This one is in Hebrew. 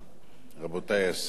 רבותי השרים,